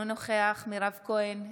אינו נוכח מירב כהן,